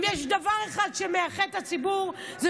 אם יש דבר אחד שמאחד את הציבור, תודה, גברתי.